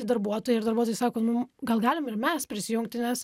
darbuotojai ir darbuotojai sako nu gal galim ir mes prisijungti nes